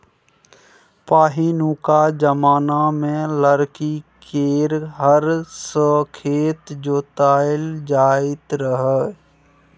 पहिनुका जमाना मे लकड़ी केर हर सँ खेत जोताएल जाइत रहय